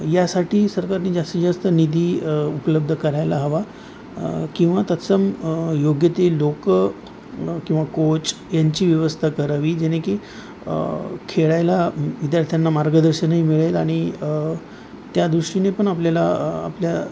यासाठी सरकारने जास्तीत जास्त निधी उपलब्ध करायला हवा किंवा तत्सम योग्य ते लोकं किंवा कोच यांची व्यवस्था करावी जेणे की खेळायला विद्यार्थ्यांना मार्गदर्शनही मिळेल आणि त्या दृष्टीने पण आपल्याला आपल्या